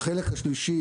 החלק השלישי